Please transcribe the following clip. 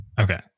Okay